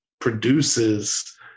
produces